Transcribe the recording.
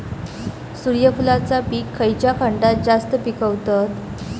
सूर्यफूलाचा पीक खयच्या खंडात जास्त पिकवतत?